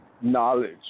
knowledge